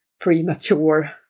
premature